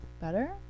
Better